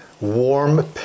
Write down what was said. Warm